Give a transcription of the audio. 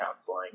counseling